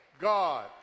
God